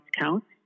counts